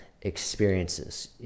experiences